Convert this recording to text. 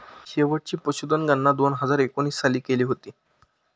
शेवटची पशुधन गणना दोन हजार एकोणीस साली केली होती